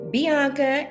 Bianca